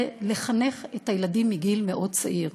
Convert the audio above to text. זה לחנך את הילדים מגיל מאוד צעיר.